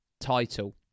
title